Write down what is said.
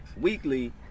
weekly